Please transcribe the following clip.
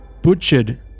Butchered